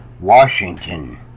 Washington